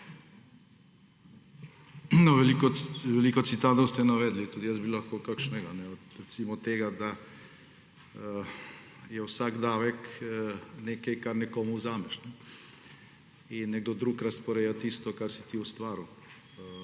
veliko citatov ste navedli. Tudi jaz bi lahko kakšnega. Recimo tega, da je vsak davek nekaj, kar nekomu vzameš, in nekdo drug razporeja tisto, kar si ti ustvaril.